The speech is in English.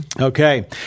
Okay